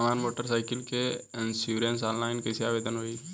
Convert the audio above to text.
हमार motorcycle के insurance online कईसे आवेदन होई?